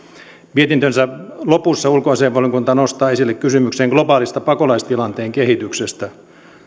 mietintönsä lopussa ulkoasiainvaliokunta nostaa esille kysymyksen globaalista pakolaistilanteen kehityksestä